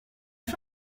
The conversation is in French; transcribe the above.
fin